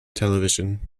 television